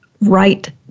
right